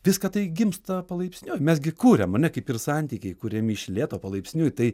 viską tai gimsta palaipsniui mes gi kuriam ane kaip ir santykiai kuriami iš lėto palaipsniui tai